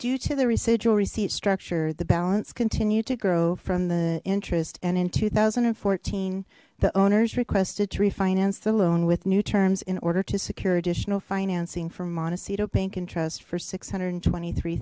due to the residual receipt structure the balance continued to grow from the interest and in two thousand and fourteen the owners requested to refinance the loan with new terms in order to secure additional financing from montecito bank and trust for six hundred and twenty three